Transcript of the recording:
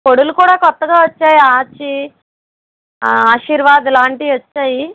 పొడులు కూడా కొత్తగా వచ్చాయి ఆచి ఆ ఆశీర్వాద్ లాంటివి వచ్చాయి